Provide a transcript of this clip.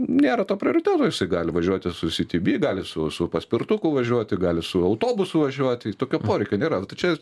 nėra to prioriteto jisai gali važiuoti citybee gali su su paspirtuku važiuoti gali su autobusu važiuoti tokio poreikio nėra tai čia